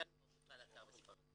אין לנו הפיכה לאתר בספרדית.